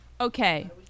Okay